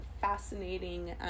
fascinating